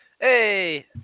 hey